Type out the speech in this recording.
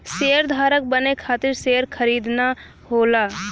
शेयरधारक बने खातिर शेयर खरीदना होला